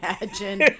imagine